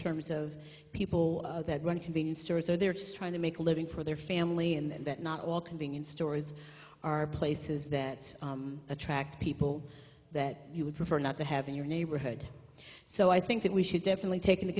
terms of people that run convenience stores or they're just trying to make a living for their family and that not all convenience stores are places that attract people that you would prefer not to have in your neighborhood so i think that we should definitely take into